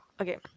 Okay